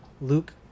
Luke